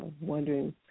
wondering